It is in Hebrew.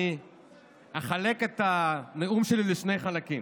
אני אחלק את הנאום שלי לשני חלקים,